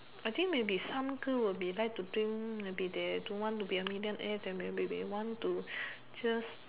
I think maybe some girl will be like to drink maybe they don't want to be a millionaire they may be be want to just